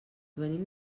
venim